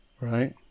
right